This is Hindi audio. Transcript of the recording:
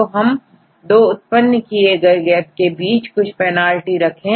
कि हम दो उत्पन्न किए गए गेप के बीच में कुछ पेनाल्टी रखें